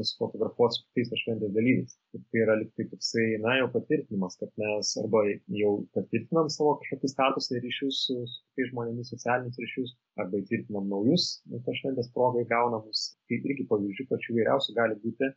nusifotografuot su tais šventės dalyviais tai yra tai toksai na jau patvirtinimas kad mes arba jau patvirtinom savo kažkokį statusą ir ryšius su tais žmonėmis socialinius ryšius arba įtvirtinom naujus kažkokius progai gaunamus kaip irgi pavyzdžių pačių geriausių gali būti